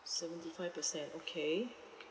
seventy five percent okay